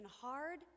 hard